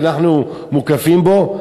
שאנחנו מוקפים בו,